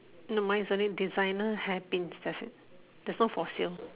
no mine is only designer hair pin that's it there's no for sale